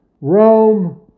Rome